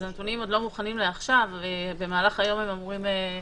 אז הם עוד לא מוכנים במהלך היום הם אמורים-